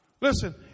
Listen